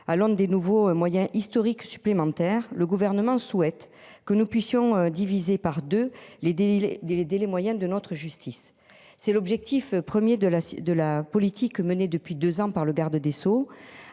Londres des nouveaux moyens historiques supplémentaire. Le gouvernement souhaite que nous puissions diviser par 2, les délits les DVD, les moyens de notre justice. C'est l'objectif 1er de la de la politique menée depuis 2 ans par le garde des Sceaux.